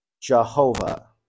Jehovah